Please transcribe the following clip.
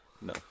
No